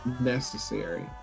necessary